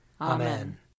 Amen